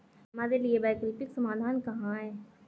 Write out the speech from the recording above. हमारे लिए वैकल्पिक समाधान क्या है?